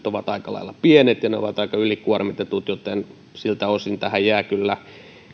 ovat aika lailla pienet ja ne ovat aika ylikuormitetut joten siltä osin tähän jää kyllä